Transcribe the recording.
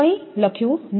તેથી તેથી કંઇ લખ્યું નથી